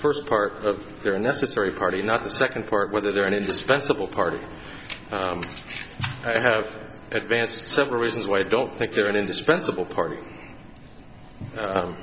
first part of their necessary party not the second part whether they're an indispensable party have advanced several reasons why i don't think they're an indispensable party